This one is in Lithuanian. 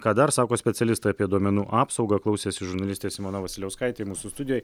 ką dar sako specialistai apie duomenų apsaugą klausėsi žurnalistė simona vasiliauskaitė mūsų studijoj